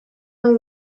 nahi